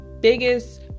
biggest